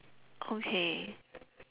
okay